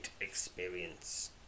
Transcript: experience